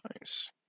nice